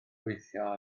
gweithio